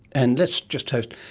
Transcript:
and let's just toast,